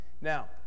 now